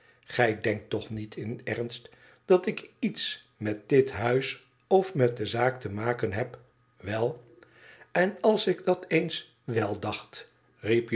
gij denkt toch niet in ernst dat ik iets met dit huis of met de zaak te maken heb wel ten als ik dat eens wèl dacht